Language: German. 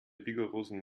rigorosen